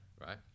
right